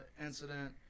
incident